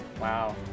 wow